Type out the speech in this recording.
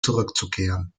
zurückzukehren